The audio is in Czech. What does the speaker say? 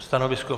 Stanovisko?